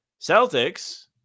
celtics